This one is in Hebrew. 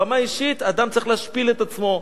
ברמה האישית האדם צריך להשפיל את עצמו,